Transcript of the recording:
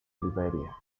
liberia